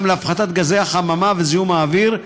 גם להפחתת גזי החממה וזיהום האוויר,